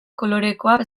kolorekoa